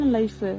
life